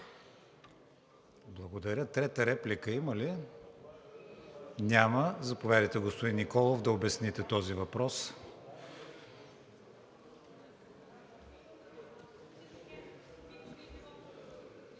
Благодаря. Трета реплика има ли? Няма. Заповядайте, господин Николов, да обясните този въпрос.